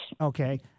Okay